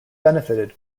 benefited